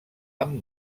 amb